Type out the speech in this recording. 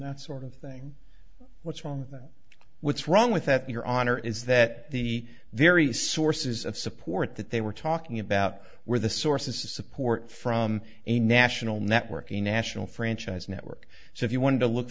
that sort of thing what's wrong with wrong with that your honor is that the very sources of support that they were talking about where the sources of support from a national network a national franchise network so if you want to look